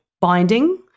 binding